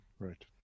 Right